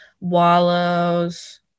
wallows